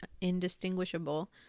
indistinguishable